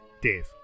Dave